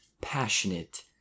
passionate